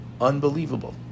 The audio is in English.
Unbelievable